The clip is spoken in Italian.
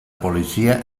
polizia